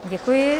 Děkuji.